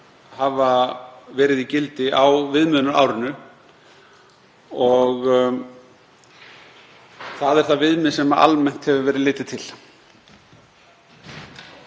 hafa verið í gildi á viðmiðunarárinu. Og það er það viðmið sem almennt hefur verið litið til.